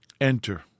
Enter